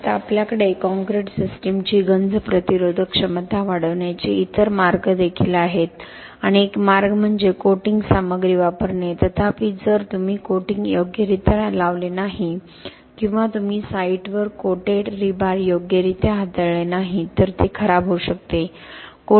आता आपल्याकडे काँक्रीट सिस्टीमची गंज प्रतिरोधक क्षमता वाढवण्याचे इतर मार्ग देखील आहेत आणि एक मार्ग म्हणजे कोटिंग सामग्री वापरणे तथापि जर तुम्ही कोटिंग योग्यरित्या लावले नाही किंवा तुम्ही साइटवर कोटेड रीबार योग्यरित्या हाताळले नाही तर ते खराब होऊ शकते